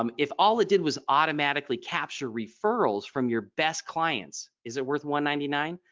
um if all it did was automatically capture referrals from your best clients. is it worth one ninety-nine?